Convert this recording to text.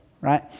right